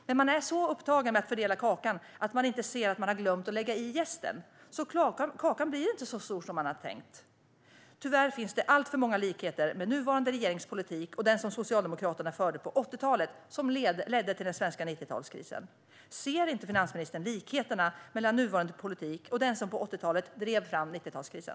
Men man är så upptagen med att fördela kakan att man inte ser att man glömt lägga i jästen, så kakan blir inte så stor som man tänkt. Tyvärr finns det alltför många likheter mellan nuvarande regerings politik och den politik som Socialdemokraterna förde på 80-talet och som ledde till den svenska 90-talskrisen. Ser inte finansministern likheterna mellan nuvarande politik och den som på 80-talet drev fram 90-talskrisen?